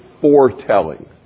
foretelling